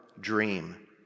dream